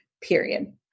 period